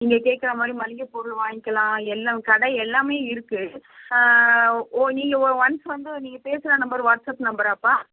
நீங்கள் கேட்குற மாதிரி மளிகை பொருள் வாங்கிக்கலாம் எல்லா கடை எல்லாமே இருக்குது ஆ ஓ நீங்கள் ஒன்ஸ் வந்து நீங்கள் பேசுகிற நம்பர் வாட்ஸ்ஆப் நம்பராப்பா